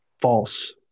False